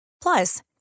Plus